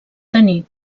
tenir